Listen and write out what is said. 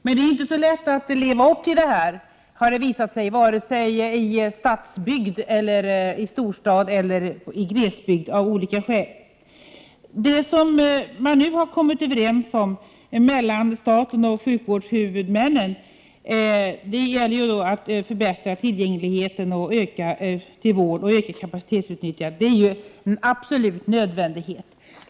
Men det har av olika skäl visat sig inte vara så lätt att vare sig i storstäder eller i glesbygden leva upp till detta. Man har nu kommit överens mellan staten och sjukvårdshuvudmännen att förbättra tillgängligheten till vård och öka kapacitetsutnyttjandet. Det är en absolut nödvändighet.